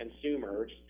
consumers